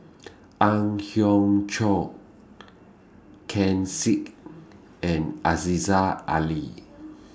Ang Hiong Chiok Ken Seek and Aziza Ali